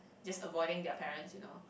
just avoiding their parents you know